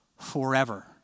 forever